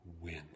win